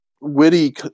witty